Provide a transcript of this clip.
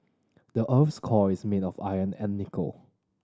the earth's core is made of iron and nickel